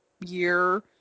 year